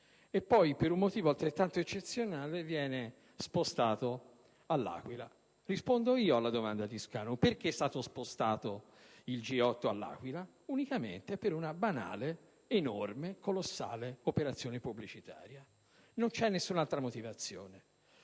e poi per un motivo altrettanto eccezionale il tutto viene spostato a L'Aquila. Rispondo io alla domanda del senatore Scanu del perché è stato spostato il G8 a L'Aquila. Unicamente per una banale, enorme, colossale operazione pubblicitaria; non c'è nessun'altra motivazione.